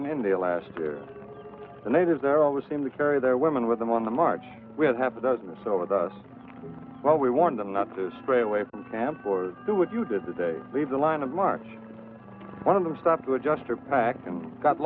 in india last year the natives there always seem to carry their women with them on the march we'll have a dozen or so with us well we warned them not to spray away from tampa or do what you did today leave the line of march one of them stopped to adjust her back and got